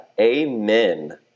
Amen